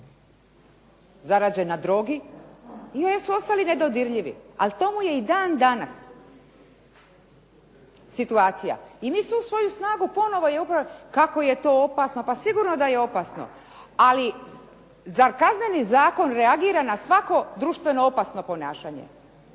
zarađen na drogi i jesu ostali nedodirljivi. Ali to mu je i dan danas situacija. I mi svu svoju snagu ponovo kako je to opasno. Pa sigurno da je opasno, ali zar Kazneni zakon reagira na svako društveno opasno ponašanje?